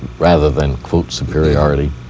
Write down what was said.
rather than superiority?